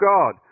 God